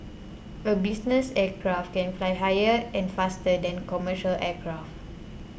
a business aircraft can fly higher and faster than commercial aircraft